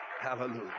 hallelujah